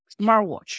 smartwatch